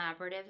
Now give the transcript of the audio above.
collaborative